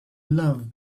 love